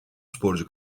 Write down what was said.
sporcu